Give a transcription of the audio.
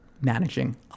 managing